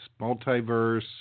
multiverse